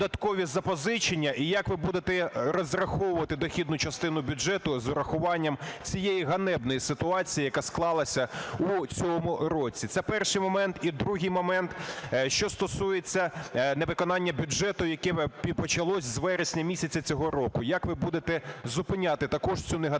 додаткові запозичення, і як ви будете розраховувати дохідну частину бюджету з урахуванням цієї ганебної ситуації, яка склалася у цьому році? Це перший момент. І другий момент. Що стосується невиконання бюджету, яке почалося з вересня місяця цього року, як ви будете зупиняти також цю негативну